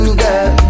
girl